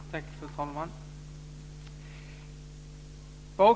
Fru talman!